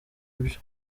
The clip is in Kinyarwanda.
byo